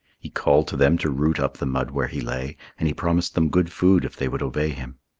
he called to them to root up the mud where he lay, and he promised them good food if they would obey him.